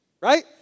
right